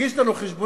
תגיש לנו חשבונית.